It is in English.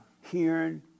hearing